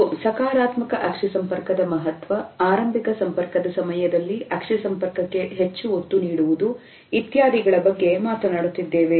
ನಾವು ತಮ್ಮ ಮತ್ತು ಸಕಾರಾತ್ಮಕ ಅಕ್ಷಿ ಸಂಪರ್ಕದ ಮಹತ್ವ ಆರಂಭಿಕ ಸಂಪರ್ಕದ ಸಮಯದಲ್ಲಿ ಅಕ್ಷಿ ಸಂಪರ್ಕಕ್ಕೆ ಹೆಚ್ಚು ಒತ್ತು ನೀಡುವುದು ಇತ್ಯಾದಿಗಳ ಬಗ್ಗೆ ಮಾತನಾಡುತ್ತಿದ್ದೇವೆ